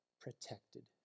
protected